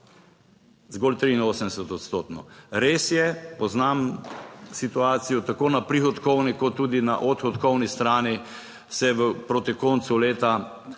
zgolj 83-odstotno. Res je, poznam situacijo, tako na prihodkovni kot tudi na odhodkovni strani se proti koncu leta